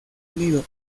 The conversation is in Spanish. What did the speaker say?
unido